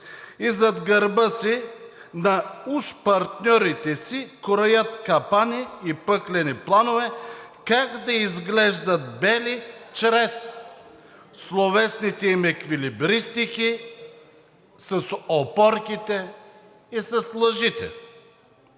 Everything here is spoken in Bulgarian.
и зад гърба на уж партньорите си кроят капани и пъклени планове как да изглеждат бели чрез словесните си еквилибристики, с опорките и с лъжите